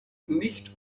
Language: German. nicht